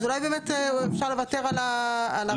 אז אולי באמת אפשר לוותר על הפירוט הזה.